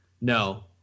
No